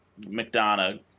McDonough